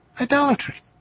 idolatry